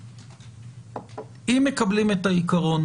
אם מקבלים את העיקרון